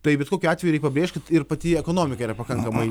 tai bet kokiu atveju reik pabrėžt kad ir pati ekonomika yra pakankamai